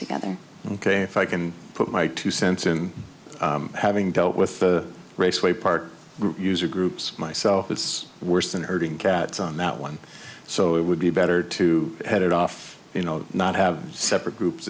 together ok if i can put my two cents in having dealt with the raceway park user groups myself it's worse than herding cats on that one so it would be better to head it off not have separate groups